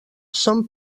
són